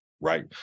right